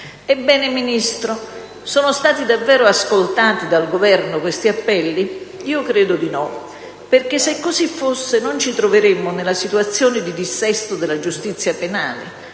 Ebbene, Ministro, sono stati davvero ascoltati dal Governo questi appelli? Io credo di no, perché se così fosse non ci troveremmo nella situazione di dissesto della giustizia penale